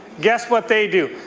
guess what they do?